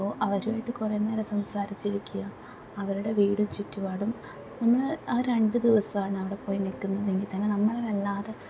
അപ്പോൾ അവരായിട്ട് കുറേനേരം സംസാരിച്ച് ഇരിക്കുക അവരുടെ വീടും ചുറ്റുപാടും നമ്മള് ആ രണ്ട് ദിവസമാണ് അവിടെ പോയി നിൽക്കുന്നതെങ്കിൽ തന്നെ നമ്മള് വല്ലാതെ